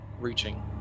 reaching